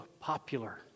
popular